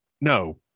No